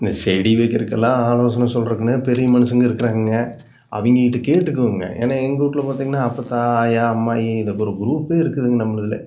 இந்த செடி வைக்கிறக்குலாம் ஆலோசனை சொல்றதுக்குனே பெரிய மனுஷங்கள் இருக்கிறாங்கங்க அவங்ககிட்ட கேட்டுக்குவேங்க ஏன்னால் எங்கள் வீட்ல பார்த்திங்கன்னா அப்பத்தா ஆயா அம்மாயி இதுக்கு ஒரு குரூப்பே இருக்குதுங்க நம்மளுதில்